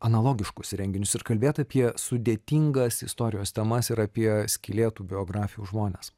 analogiškus renginius ir kalbėt apie sudėtingas istorijos temas ir apie skylėtų biografijų žmones